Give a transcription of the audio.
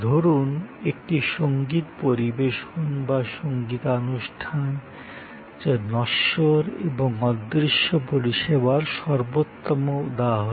ধরুন একটি সংগীত পরিবেশন বা সংগীতানুষ্ঠান যা নশ্বর এবং অদৃশ্য পরিষেবার সর্বোত্তম উদাহরণ